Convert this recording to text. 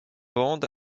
band